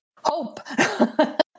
hope